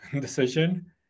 decision